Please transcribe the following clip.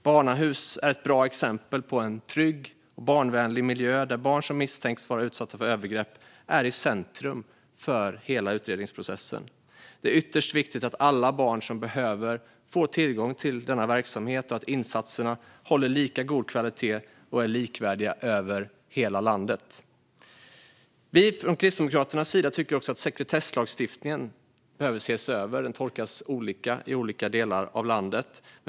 Barnahus är ett bra exempel på en trygg och barnvänlig miljö där barn som misstänks vara utsatta för övergrepp är i centrum för hela utredningsprocessen. Det är ytterst viktigt att alla barn som behöver får tillgång till denna verksamhet och att insatserna håller lika god kvalitet och är likvärdiga över hela landet. Vi kristdemokrater tycker också att sekretesslagstiftningen behöver ses över då den tolkas olika i olika delar av landet.